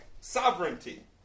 sovereignty